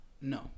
No